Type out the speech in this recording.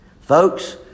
Folks